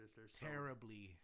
Terribly